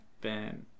Ben